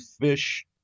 fish